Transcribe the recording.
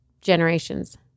generations